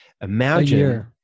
Imagine